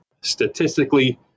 statistically